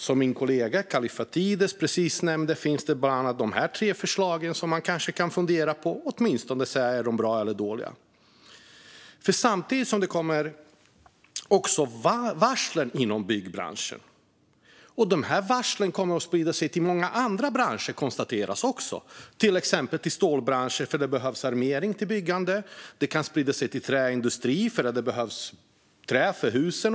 Som min kollega Kallifatides just nämnde kan man fundera på bland annat de här tre förslagen och åtminstone säga om de är bra eller dåliga. Det kommer också varsel inom byggbranschen. Det konstateras också att de varslen kommer att sprida sig till många andra branscher, till exempel stålbranschen eftersom det behövs armering till byggande. Det kan sprida sig till träindustrin, eftersom det behövs trä för att bygga husen.